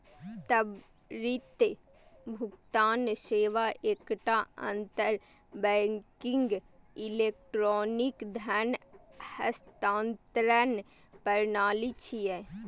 त्वरित भुगतान सेवा एकटा अंतर बैंकिंग इलेक्ट्रॉनिक धन हस्तांतरण प्रणाली छियै